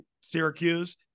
Syracuse